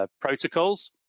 protocols